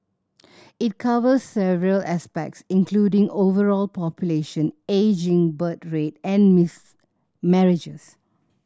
it covers several aspects including overall population ageing birth rate and miss marriages